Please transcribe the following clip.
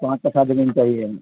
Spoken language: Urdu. پانچ سات دن چاہیے